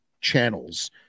channels